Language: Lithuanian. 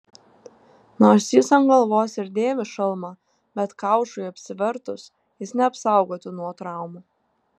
nors jis ant galvos ir dėvi šalmą bet kaušui apsivertus jis neapsaugotų nuo traumų